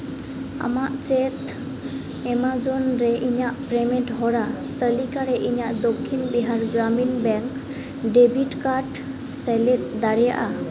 ᱟᱢᱟᱜ ᱪᱮᱫ ᱮᱢᱟᱡᱚᱱ ᱨᱮ ᱤᱧᱟᱹᱜ ᱯᱮᱢᱮᱱᱴ ᱦᱚᱨᱟ ᱛᱟᱹᱞᱤᱠᱟ ᱨᱮ ᱤᱧᱟᱹᱜ Dakshin Bihar Gramin bank debit card ᱥᱮᱞᱮᱫ ᱫᱟᱲᱮᱭᱟᱜᱼᱟ